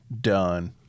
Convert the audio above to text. done